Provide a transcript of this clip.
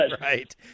Right